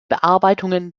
bearbeitungen